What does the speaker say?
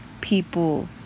people